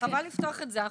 חבל לפתוח את זה.